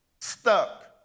stuck